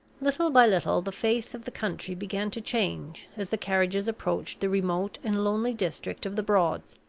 little by little the face of the country began to change as the carriages approached the remote and lonely district of the broads.